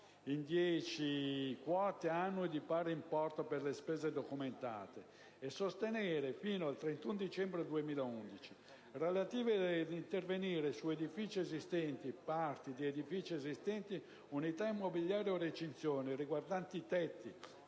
in dieci quote annuali di pari importo, per le spese documentate, sostenute fino al 31 dicembre 2011, relative ad interventi su edifici esistenti, parti di edifici esistenti, unità immobiliari o recinzioni, riguardanti tetti,